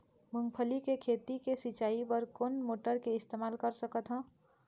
मूंगफली के खेती के सिचाई बर कोन मोटर के इस्तेमाल कर सकत ह?